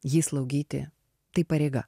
jį slaugyti tai pareiga